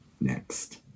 next